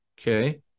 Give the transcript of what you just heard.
Okay